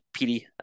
PD